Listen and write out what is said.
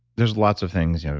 there's lots of things, yeah